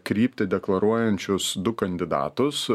kryptį deklaruojančius du kandidatus